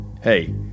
hey